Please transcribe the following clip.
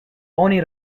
oni